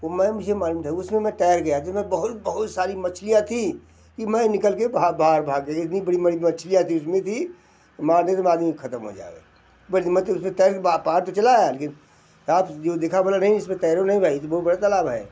वो मैं मुझे मालूम था उसमें मैं तैर गया जिस में बहुत बहुत सारी मछलियाँ थी कि मैं निकल के बाहर बाहर भाग गया इतनी बड़ी बड़ी मछलियाँ थी उसमें थी मार दे तो आदमी ख़त्म हो जावे बल्कि मैं तो उसमें तैर के वहाँ पार तो चला आया लेकिन साब जो देखा बोला नहीं इसमें तैराे नहीं भाई ये तो बहुत बड़ा तालाब है